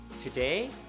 Today